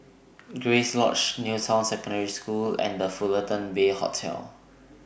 Grace Lodge New Town Secondary School and The Fullerton Bay Hotel